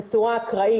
בצורה אקראית.